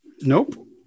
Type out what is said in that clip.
Nope